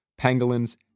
pangolins